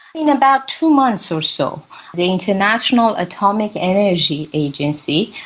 in about two months or so the international atomic energy agency,